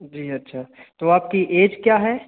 जी अच्छा तो आपकी एज क्या है